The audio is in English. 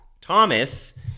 Thomas